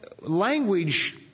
language